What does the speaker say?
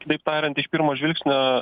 kitaip tariant iš pirmo žvilgsnio